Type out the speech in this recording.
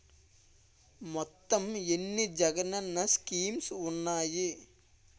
మొత్తం ఎన్ని జగనన్న స్కీమ్స్ ఉన్నాయి?